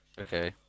Okay